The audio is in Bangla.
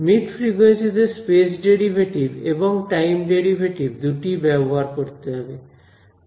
মিড ফ্রিকুয়েন্সি তে স্পেস ডেরিভেটিভ এবং টাইম ডেরিভেটিভ দুটিই ব্যবহার করতে হবে